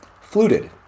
Fluted